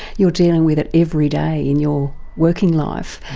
you're dealing with it every day in your working life,